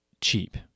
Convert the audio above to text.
cheap